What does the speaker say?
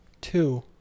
Two